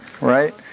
right